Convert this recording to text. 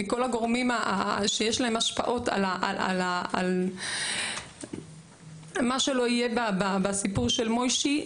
מכל הגורמים שיש להם השפעות על מה שלא יהיה בסיפור של מויישי,